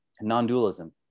non-dualism